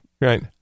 Right